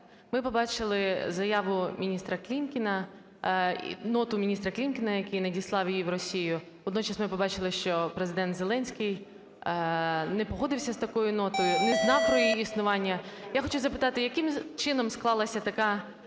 Ми побачили заяву міністра Клімкіна… ноту міністра Клімкіна, який надіслав її в Росію. Водночас ми побачили, що Президент Зеленський не погодився з такою нотою, не знав про її існування. Я хочу запитати, яким чином склалась така